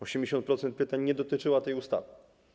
80% pytań nie dotyczyło tej ustawy.